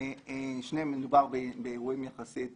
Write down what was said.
בשניהם מדובר באירועים יחסית